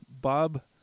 Bob